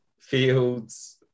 fields